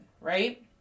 right